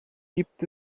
gibt